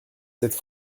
cette